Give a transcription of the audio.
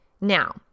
Now